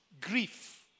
grief